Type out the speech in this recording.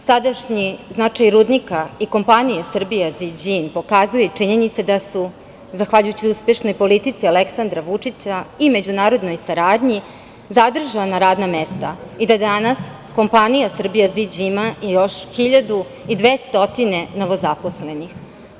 Sadašnji značaj rudnika i Kompanije Srbije Ziđin pokazuje i činjenica da su zahvaljujući uspešnoj politici Aleksandra Vučića i međunarodnoj saradnji zadržana radna mesta i da danas Kompanija Srbija Ziđin ima još 1200 novozaposlenih.